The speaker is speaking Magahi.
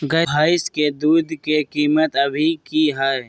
भैंस के दूध के कीमत अभी की हई?